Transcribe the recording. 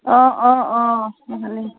অঁ অঁ অঁ ভালে